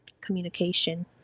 communication